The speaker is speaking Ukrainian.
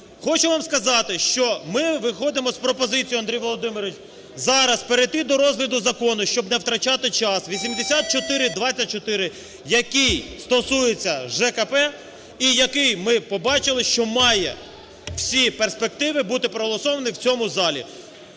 Хочу вам сказати, що ми виходимо з пропозицією, Андрій Володимирович, зараз перейти до розгляду закону, щоб не втрачати час, 8424, який стосується ЖКП і який ми побачили, що має всі перспективи бути проголосованим в цьому залі.